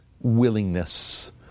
Willingness